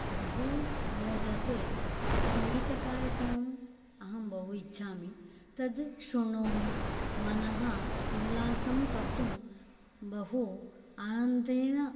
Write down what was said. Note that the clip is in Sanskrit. बहु मोदते सङ्गीतकार्यक्रमम् अहं बहु इच्छामि तत् श्रुणोमि मनः उल्लासं कर्तुं बहु आनन्देन